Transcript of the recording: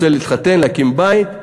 רוצה להתחתן, להקים בית.